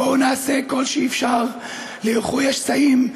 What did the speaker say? בואו נעשה כל שאפשר לאיחוי השסעים,